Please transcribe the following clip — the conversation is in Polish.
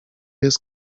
jest